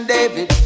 David